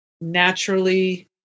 naturally